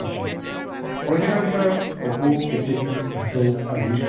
আছে অৰ্কিদৰ ভিতৰত কপৌ কেতেকী ভাটৌ আদি